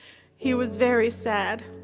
he was very sad,